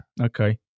Okay